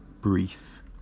brief